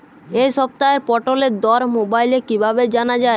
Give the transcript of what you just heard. এই সপ্তাহের পটলের দর মোবাইলে কিভাবে জানা যায়?